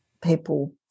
People